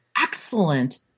excellent